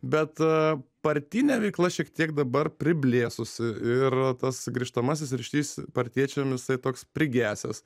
bet partinė veikla šiek tiek dabar priblėsusi ir tas grįžtamasis ryšys partiečiams jisai toks prigesęs